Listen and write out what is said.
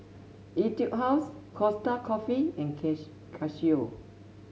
Etude House Costa Coffee and Casio